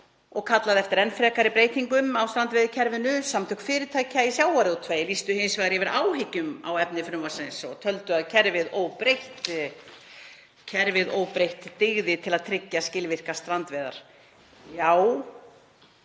og kallaði eftir enn frekari breytingum á strandveiðikerfinu. Samtök fyrirtækja í sjávarútvegi lýstu hins vegar yfir áhyggjum af efni frumvarpsins og töldu að kerfið óbreytt dygði til að tryggja skilvirkar strandveiðar.